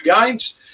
games